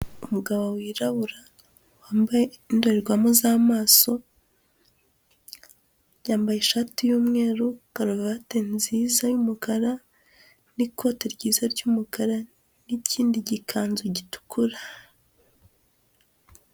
Umugabo wirabura, wambaye indorerwamo z'amaso, yambaye ishati y'umweru, karuvate nziza y'umukara n'ikote ryiza ry'umukara n'ikindi gikanzu gitukura.